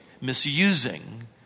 misusing